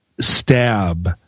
stab